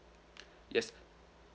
yes